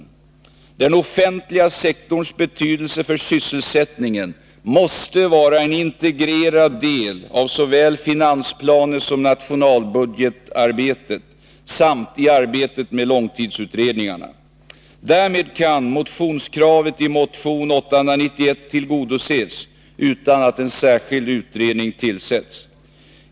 Utredningar om den offentliga sektorns betydelse för sysselsättningen måste vara en integrerad del av såväl finansplaneoch nationalbudgetarbetet som arbetet med långtidsutredningarna. Därmed kan kravet i motion 891 tillgodoses utan att en särskild utredning tillsätts.